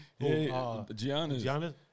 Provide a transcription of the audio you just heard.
Giannis